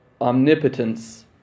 omnipotence